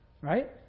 Right